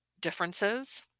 differences